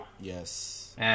Yes